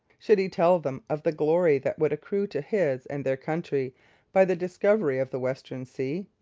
should he tell them of the glory that would accrue to his and their country by the discovery of the western sea?